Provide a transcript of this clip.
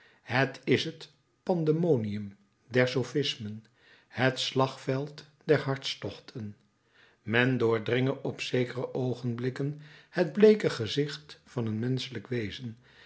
het is het pandemonium der sophismen het slagveld der hartstochten men doordringe op zekere oogenblikken het bleeke gezicht van een menschelijk wezen